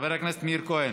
חבר הכנסת מאיר כהן.